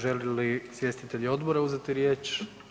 Žele li izvjestitelji odbora uzeti riječ?